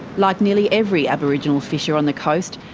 like nearly every aboriginal fisher on the coast,